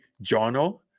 journal